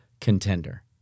contender